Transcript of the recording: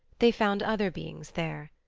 they found other beings there.